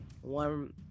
One